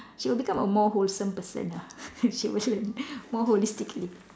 she will become a more wholesome person ah she will learn more holistically